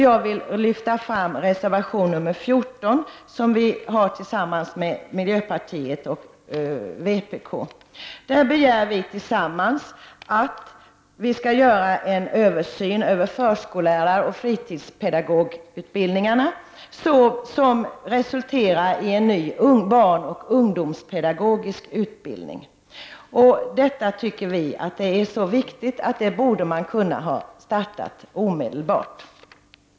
Jag vill lyfta fram reservation nr 14, som vi har avgivit tillsammans med miljöpartiet och vpk. I den begär vi tillsammans att det skall göras en översyn av förskolläraroch fritidspedagogutbildningarna, vilken skall resultera i en ny barnoch ungdomspedagogisk utbildning. Den översynen anser vi vara så viktig att den borde ha startats omedelbart.